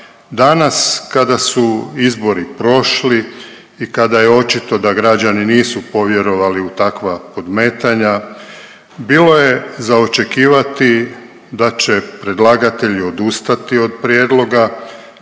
danas kada su izbori prošli i kada je očito da građani nisu povjerovali u takva podmetanja, bilo je za očekivati da će predlagatelji odustati od prijedloga,